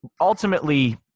Ultimately